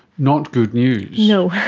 not good news. no.